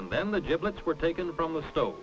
and then the giblets were taken from the stove